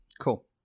cool